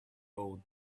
road